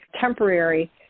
temporary